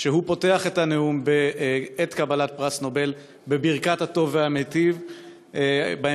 הוא פותח את הנאום בעת קבלת פרס נובל בברכת "הטוב והמיטיב"; בהמשך,